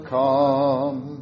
come